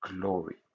glory